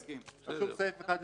רשום סעיף אחד לפני.